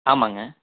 ஆமாம்ங்க